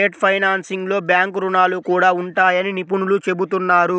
debt ఫైనాన్సింగ్లో bank రుణాలు కూడా ఉంటాయని నిపుణులు చెబుతున్నారు